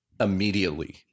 immediately